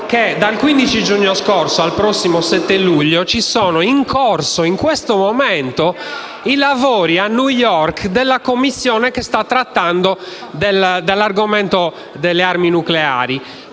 dal 15 giugno scorso al prossimo 7 luglio sono in corso a New York i lavori della Commissione che sta trattando l'argomento delle armi nucleari.